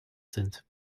sind